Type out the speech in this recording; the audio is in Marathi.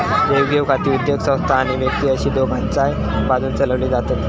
देवघेव खाती उद्योगसंस्था आणि व्यक्ती अशी दोघांच्याय बाजून चलवली जातत